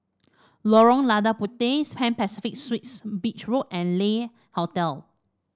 Lorong Lada Puteh Pan Pacific Suites Beach Road and Le Hotel